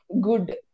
good